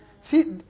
See